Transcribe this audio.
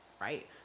right